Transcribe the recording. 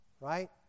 right